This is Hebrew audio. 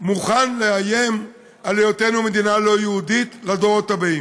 מוכן לאיים בהיותנו מדינה לא יהודית לדורות הבאים?